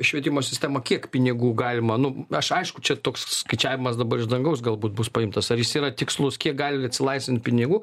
švietimo sistemą kiek pinigų galima nu aš aišku čia toks skaičiavimas dabar iš dangaus galbūt bus paimtas ar jis yra tikslus kiek gali atsilaisvint pinigų